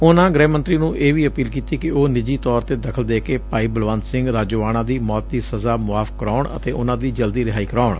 ਉਨੂਾ ਗ੍ਹਿ ਮੰਤਰੀ ਨੂੂ ਇਹ ਵੀ ਅਪੀਲ ਕੀਤੀ ਕਿ ਉਹ ਨਿੱਜੀ ਤੌਰ ਤੇ ਦਖ਼ਲ ਦੇ ਕੇ ਭਾਈ ਬਲਵੰਤ ਸਿੰਘ ਰਾਜੋਆਣਾ ਦੀ ਮੌਤ ਦੀ ਸਜ਼ਾ ਮੁਆਫ ਕਰਵਾਉਣ ਅਤੇ ਉਹਨਾਂ ਦੀ ਜਲਦੀ ਰਿਹਾਈ ਕਰਵਾਉਣ